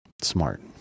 smart